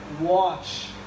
Watch